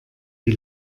die